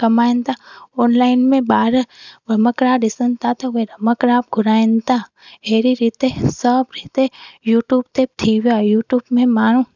कमाइनि था ओनलाइन में ॿार रमकड़ा ॾिसनि था त उहे रमकड़ा घुराइनि था हेड़ी हिते सभु हिते यूटूब ते थी वियो आहे यूटूब में माण्हूं